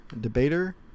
debater